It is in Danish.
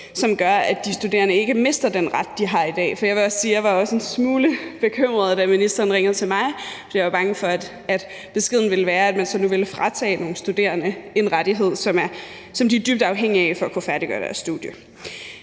som gør, at de studerende ikke mister den ret, de har i dag. Jeg vil også sige, at jeg også var en smule bekymret, da ministeren ringede til mig, for jeg var bange for, at beskeden ville være, at man så nu ville fratage nogle studerende en rettighed, som de er dybt afhængige af for at kunne færdiggøre deres studie.